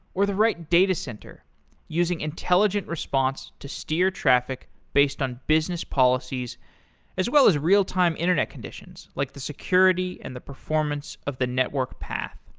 or the right datacenter using intelligent response to steer traffic based on business policies as well as real time internet conditions, like the security and the performance of the network path.